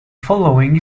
following